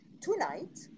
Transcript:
tonight